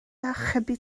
archebu